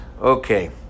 Okay